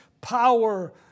power